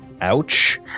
Ouch